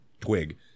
twig